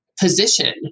position